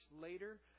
later